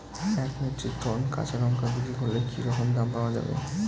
এক metric ton কাঁচা লঙ্কা বিক্রি করলে কি রকম দাম পাওয়া যাবে?